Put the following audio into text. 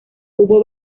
hubo